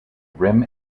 rim